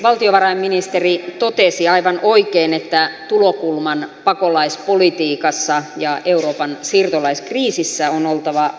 valtiovarainministeri totesi aivan oikein että tulokulman pakolaispolitiikassa ja euroopan siirtolaiskriisissä on oltava humanitäärinen